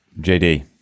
JD